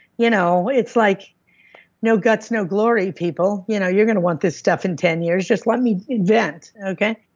you know it's like no guts, no glory people. you know you're going to want this stuff in ten years. just let me invent, invent, okay?